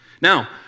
Now